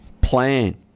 plan